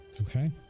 Okay